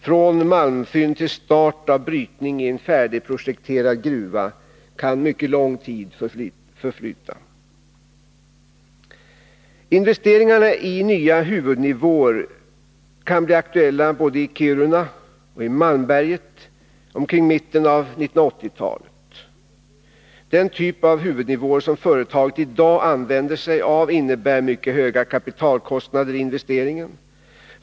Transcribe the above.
Från malmfynd till start av brytning i en färdigprojekterad gruva kan mycket lång tid förflyta. Investeringar i nya huvudnivåer kan bli aktuella både i Kiruna och i Malmberget kring mitten av 1980-talet. Den typ av huvudnivåer som företaget i dag använder sig av innebär mycket höga kapitalkostnader i investeringen.